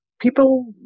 people